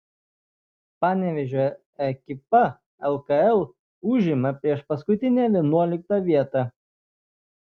panevėžio ekipa lkl užima priešpaskutinę vienuoliktą vietą